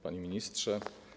Panie Ministrze!